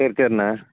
சரி சரிண்ணா